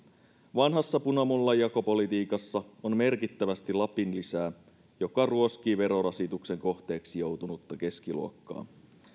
vanhassa punamullan jakopolitiikassa on merkittävästi lapin lisää joka ruoskii verorasituksen kohteeksi joutunutta keskiluokkaa